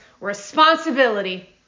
responsibility